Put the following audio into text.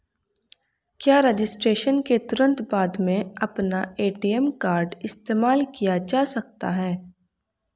क्या रजिस्ट्रेशन के तुरंत बाद में अपना ए.टी.एम कार्ड इस्तेमाल किया जा सकता है?